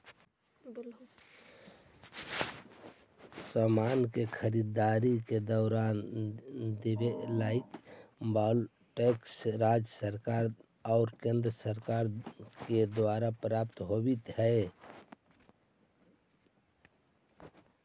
समान के खरीददारी के दौरान देवे जाए वाला टैक्स राज्य सरकार और केंद्र सरकार दोनो के प्राप्त होवऽ हई